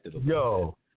Yo